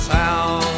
town